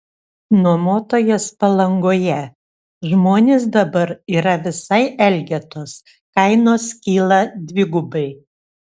nuomotojas palangoje žmonės dabar yra visai elgetos kainos kyla dvigubai